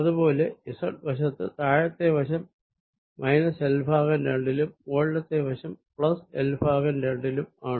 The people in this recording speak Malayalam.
അത് പോലെ z വശത്തു താഴത്തെ വശം മൈനസ് L ഭാഗം രണ്ടിലും മുകളിലത്തെ വശം പ്ലസ് L ഭാഗം രണ്ടിലുമാണ്